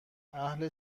اهل